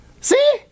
See